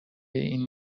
این